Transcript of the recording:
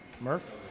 Murph